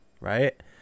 Right